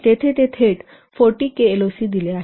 येथे ते थेट 40 केएलओसी दिले आहेत